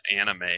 anime